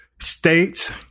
states